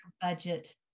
budget